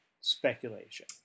speculation